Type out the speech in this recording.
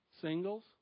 singles